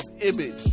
image